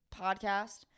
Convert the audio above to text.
podcast